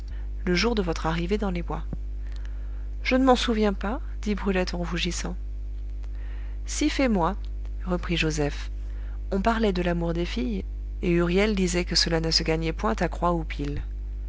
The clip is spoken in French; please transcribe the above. le jour de votre arrivée dans les bois je ne m'en souviens pas dit brulette en rougissant si fait moi reprit joseph on parlait de l'amour des filles et huriel disait que cela ne se gagnait point à croix ou pile